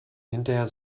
hinterher